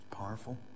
powerful